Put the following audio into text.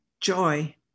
joy